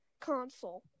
console